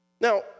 Now